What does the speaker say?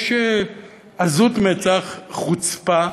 יש עזות מצח, חוצפה,